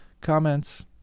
comments